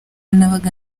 nabaga